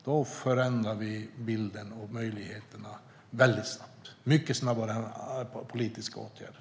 Då förändras bilden och möjligheterna snabbt - mycket snabbare än politiska åtgärder.